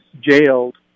jailed